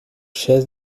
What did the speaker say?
chaises